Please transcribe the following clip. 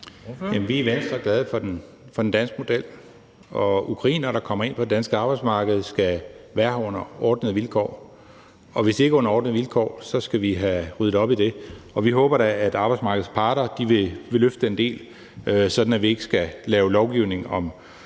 Vi i Venstre er glade for den danske model, og ukrainere, der kommer ind på det danske arbejdsmarked, skal være her under ordnede vilkår. Hvis det ikke er under ordnede vilkår, skal vi have ryddet op i det. Vi håber da, at arbejdsmarkedets parter vil løfte den del, sådan at vi ikke skal lave lovgivning om